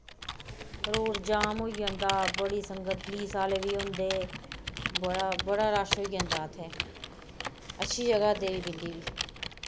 road jam होई जंदा बड़ी संगत पुलिस ऐह्ले बी होंदे बड़ा बड़ा रश होई जंदा इत्थै अच्छी जगह् देवी पिण्डी बी